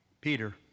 Peter